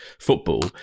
football